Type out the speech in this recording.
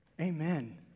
Amen